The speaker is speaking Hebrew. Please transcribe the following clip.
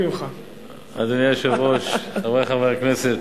אדוני היושב-ראש, חברי חברי הכנסת,